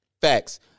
Facts